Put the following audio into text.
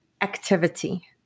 activity